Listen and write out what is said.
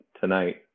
tonight